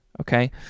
okay